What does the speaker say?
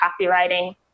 copywriting